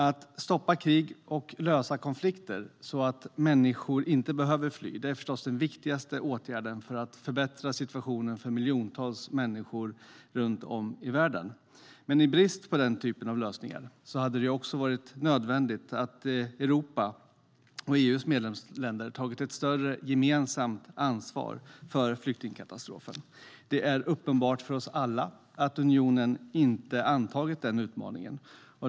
Att stoppa krig och lösa konflikter, så att människor inte behöver fly, är förstås den viktigaste åtgärden för att förbättra situationen för miljontals människor runt om i världen. Men i brist på den typen av lösningar hade det varit nödvändigt att Europa och EU:s medlemsländer tagit ett större gemensamt ansvar för flyktingkatastrofen. Det är uppenbart för oss alla att unionen inte antagit den utmaningen.